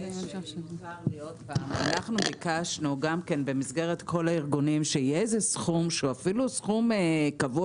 ביקשנו שיהיה סכום קבוע,